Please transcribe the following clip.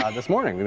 um this morning.